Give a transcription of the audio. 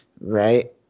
right